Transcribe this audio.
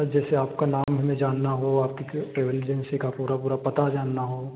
जैसे आपको नाम हमें जानना हो आपकी टे ट्रैवल एजेंसी का पूरा पूरा पता जानना हो